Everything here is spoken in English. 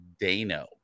Dano